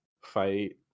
fight